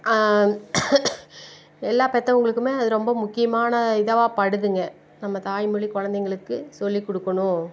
எல்லா பெற்றவங்களுக்குமே அது ரொம்ப முக்கியமான இதுவாபடுதுங்க நம்ம தாய்மொழி குழந்தைங்களுக்கு சொல்லி கொடுக்கோணும்